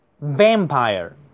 vampire